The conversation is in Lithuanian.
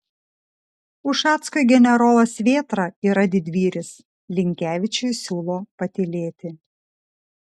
ušackui generolas vėtra yra didvyris linkevičiui siūlo patylėti